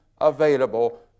available